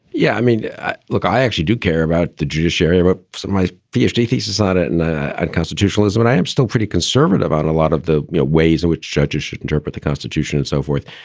yeah. i mean yeah look, i actually do care about the judiciary, about my theistic thesis on it and unconstitutional is what i am still pretty conservative on a lot of the ways in which judges should interpret the constitution and so forth.